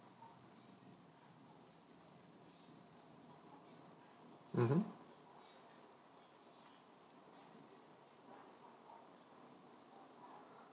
mmhmm